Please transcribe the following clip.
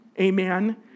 Amen